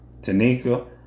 Tanika